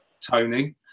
tony